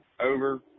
over